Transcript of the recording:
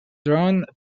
drawn